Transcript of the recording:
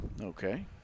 Okay